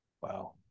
Wow